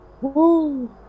Woo